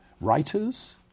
writers